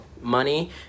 money